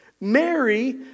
Mary